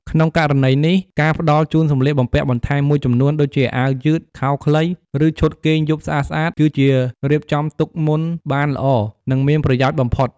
ក្នុងករណីនេះ ការផ្តល់ជូនសម្លៀកបំពាក់បន្ថែមមួយចំនួន ដូចជាអាវយឺត ខោខ្លី ឬឈុតគេងយប់ស្អាតៗ គឺជារៀបចំទុកមុនបានល្អ និងមានប្រយោជន៍បំផុត។